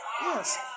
Yes